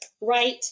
right